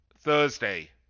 Thursday